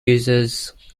users